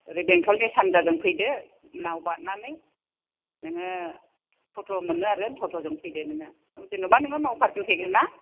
एरै बेंथलनि सानजाजों फैदो नाव बारनानै नोङो टट' मोनो आरो टट'जौं फैदो नोङो जेनेबा नोङो नावफारजों फैगोन ना